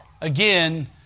again